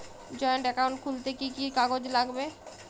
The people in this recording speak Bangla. জয়েন্ট একাউন্ট খুলতে কি কি কাগজ লাগবে?